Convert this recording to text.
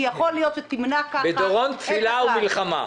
כי יכול להיות שתמנע ככה --- בדורון תפילה ומלחמה.